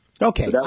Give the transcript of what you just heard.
Okay